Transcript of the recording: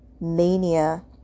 mania